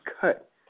cut